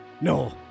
no